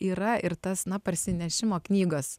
yra ir tas na parsinešimo knygas